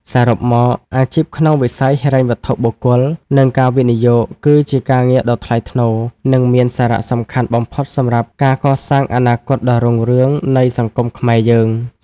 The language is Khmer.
សរុបមក អាជីពក្នុងវិស័យហិរញ្ញវត្ថុបុគ្គល និងការវិនិយោគ គឺជាការងារដ៏ថ្លៃថ្នូរ និងមានសារៈសំខាន់បំផុតសម្រាប់ការកសាងអនាគតដ៏រុងរឿងនៃសង្គមខ្មែរយើង។